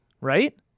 Right